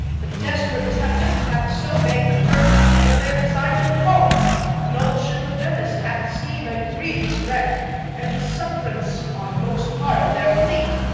the desperate tempest hath so bang'd the turks that their designment halts a noble ship of venice hath seen a grievous wreck and sufferance on most part of their fleet.